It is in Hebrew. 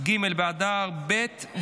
וניידות מן המדינה לקופות החולים),